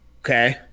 Okay